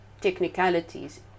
technicalities